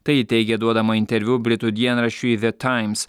tai ji teigė duodama interviu britų dienraščiui ve taims